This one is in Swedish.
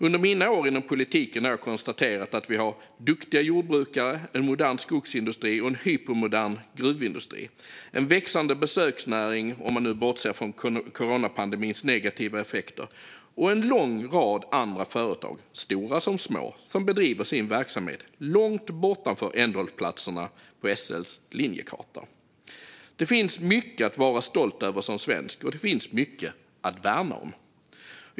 Under mina år inom politiken har jag konstaterat att vi har duktiga jordbrukare, en modern skogsindustri, en hypermodern gruvindustri, en växande besöksnäring - om man bortser från coronapandemins negativa effekter - och en lång rad andra företag, stora som små, som bedriver sin verksamhet långt bortanför ändhållplatserna på SL:s linjekarta. Det finns mycket att vara stolt över som svensk, och det finns mycket att värna om.